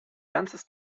ganzes